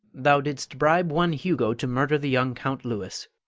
thou didst bribe one hugo to murder the young count louis,